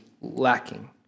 lacking